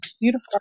Beautiful